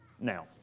now